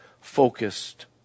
focused